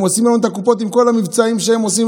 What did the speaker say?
הם עושים לנו את הקופות עם המבצעים שהם עושים.